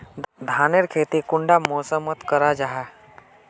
धानेर खेती कुंडा मौसम मोत करा जा?